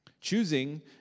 Choosing